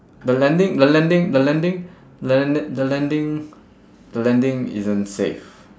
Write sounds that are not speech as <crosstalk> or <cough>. the landing the landing the landing <breath> the landi~ the landing <breath> the landing isn't safe